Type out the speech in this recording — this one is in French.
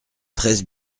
treize